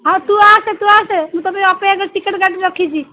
ହଁ ତୁ ଆସେ ତୁ ଆସେ ମୁଁ ତୋତେ ଅପେକ୍ଷାକେ ଟିକେଟ୍ କାଟି ରଖିଛି